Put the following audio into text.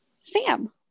Sam